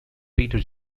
peter